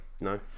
no